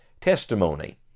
testimony